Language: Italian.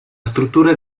struttura